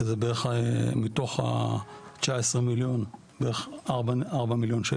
שזה בערך מתוך ה-18 מיליון, בערך 4 מיליון שקל.